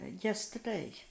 yesterday